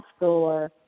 schooler